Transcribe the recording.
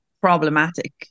problematic